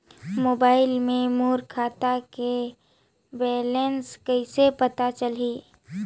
Mobile मे मोर खाता के बैलेंस कइसे पता चलही?